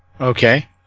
Okay